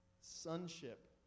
Sonship